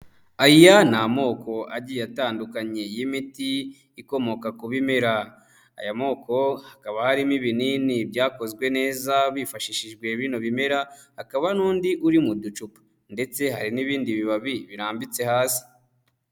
Aya ni amoko agiye atandukanye y'imiti ikomoka ku bimera, aya moko hakaba harimo ibinini byakozwe neza bifashishijwe bino bimera, hakaba n'undi uri mu ducupa ndetse hari n'ibindi bibabi birambitse hasi.